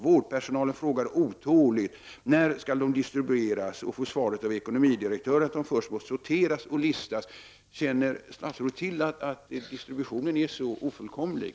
Vårdpersonalen frågar otåligt när sändningarna skall distribueras och får svaret av ekonomidirektören att de först måste sorteras och listas. Känner statsrådet till att distributionen är så ofullkomlig?